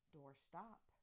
Doorstop